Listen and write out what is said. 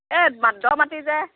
এই মা দ মাটি যে